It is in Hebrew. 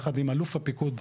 יחד עם אלוף הפיקוד,